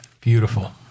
Beautiful